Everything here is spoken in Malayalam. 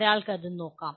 ഒരാൾക്ക് അത് നോക്കാം